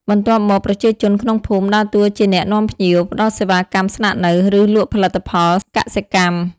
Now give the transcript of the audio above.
បន្ទាប់មកប្រជាជនក្នុងភូមិដើរតួជាអ្នកនាំភ្ញៀវ ផ្តល់សេវាកម្មស្នាក់នៅ ឬលក់ផលិតផលកសិកម្ម។